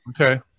Okay